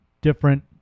different